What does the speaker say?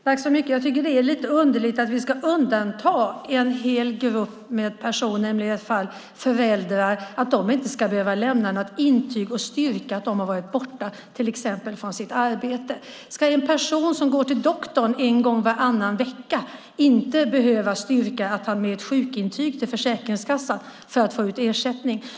Fru talman! Jag tycker att det är lite underligt att vi ska undanta en hel grupp, i det här fallet föräldrar, och att de inte ska behöva lämna något intyg och styrka att de har varit borta, till exempel från sitt arbete. Ska en person som går till doktorn en gång varannan vecka inte behöva styrka det med ett sjukintyg till Försäkringskassan för att få ut ersättning?